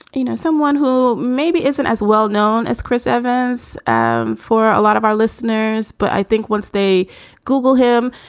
you know, someone who maybe isn't as well known as chris evans um for a lot of our listeners. but i think once they google him,